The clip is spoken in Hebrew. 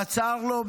בצר לו,